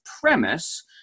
premise